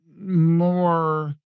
more